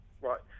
Right